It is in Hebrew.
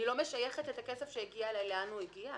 אני לא משייכת את הכסף שהגיע אלי לאן הוא הגיע?